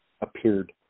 appeared